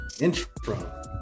Intro